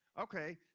okay